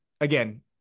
again